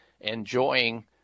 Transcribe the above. enjoying